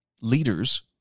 leaders